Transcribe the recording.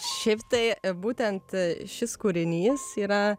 šiaip tai būtent šis kūrinys yra